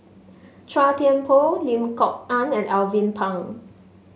Chua Thian Poh Lim Kok Ann and Alvin Pang